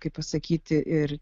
kaip pasakyti ir